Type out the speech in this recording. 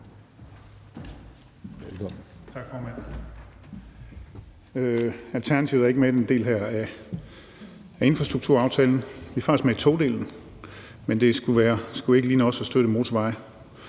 Tak, formand. Alternativet er ikke med i den her del af infrastrukturaftalen. Vi er faktisk med i togdelen, men det ville ikke ligne os at støtte motorveje